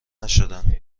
نشدن